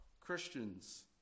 Christians